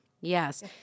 Yes